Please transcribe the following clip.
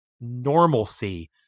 normalcy